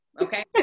Okay